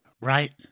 right